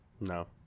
No